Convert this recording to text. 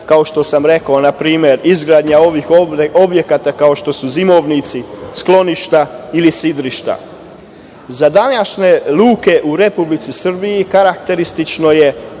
kao što sam rekao npr. izgradnja ovih ovde objekata kao što su zimovnici, skloništa ili sidrišta.Za današnje luke u Republici Srbiji karakteristično je